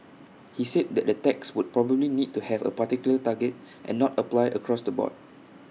he said that the tax would probably need to have A particular target and not apply across the board